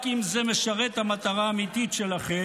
אבל רק אם זה משרת את המטרה האמיתית שלכם: